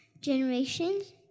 generations